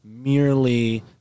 merely